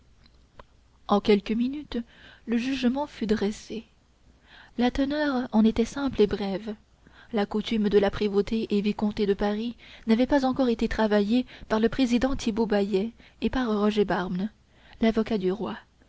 en quelques minutes le jugement fut dressé la teneur en était simple et brève la coutume de la prévôté et vicomté de paris n'avait pas encore été travaillée par le président thibaut baillet et par roger barmne l'avocat du roi